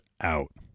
out